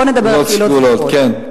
קהילות סגורות, כן.